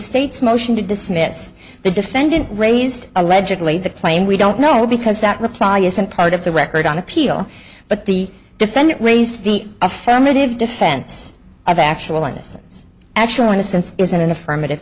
state's motion to dismiss the defendant raised allegedly the claim we don't know because that reply isn't part of the record on appeal but the defendant raised the affirmative defense of actual innocence actual innocence isn't an affirmative